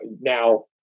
now